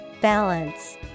Balance